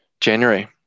January